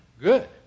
good